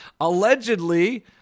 allegedly